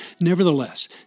Nevertheless